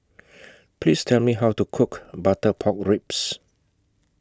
Please Tell Me How to Cook Butter Pork Ribs